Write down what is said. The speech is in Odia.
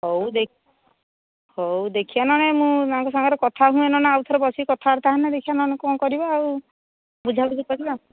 ହଉ ଦେଖ ହଉ ଦେଖିବା ନ ହେଲେ ମୁଁ ତାଙ୍କ ସାଙ୍ଗରେ କଥା ହୁଏ ନ ହେଲେ ଆଉ ଥରେ ବସିକି କଥାବାର୍ତ୍ତା ହେଲେ ଦେଖିବା ନ ହେଲେ କ'ଣ କରିବା ଆଉ ବୁଝାବୁଝି କରିବା